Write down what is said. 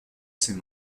ses